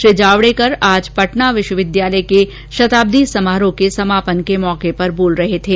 श्री जावड़ेकर आज पटना विश्वविद्यालय के शताब्दी समारोह के समापन के अवसर पर बोल रहे थे